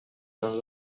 than